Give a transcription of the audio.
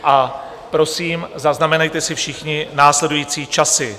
A prosím, zaznamenejte si všichni následující časy.